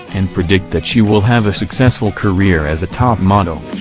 and predict that she will have a successful career as a top model.